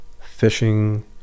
fishing